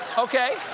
okay.